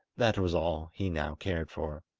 that was all he now cared for.